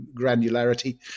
granularity